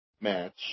match